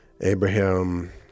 Abraham